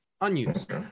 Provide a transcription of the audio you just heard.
unused